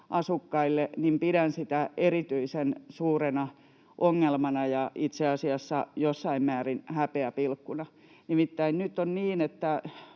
asukkaille. Pidän sitä erityisen suurena ongelmana, ja itse asiassa jossain määrin häpeäpilkkuna. Nimittäin nyt on niin, että